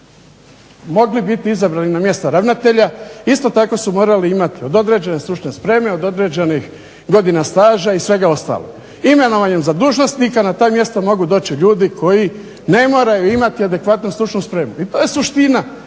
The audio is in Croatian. mogli biti izabrani na mjesta ravnatelja isto tako su morali imati od određene stručne spreme, od određenih godina staža i svega ostalog. Imenovanjem za dužnosnika na ta mjesta mogu doći ljudi koji ne moraju imati adekvatnu stručnu spremu. I to je suština